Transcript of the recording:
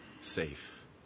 safe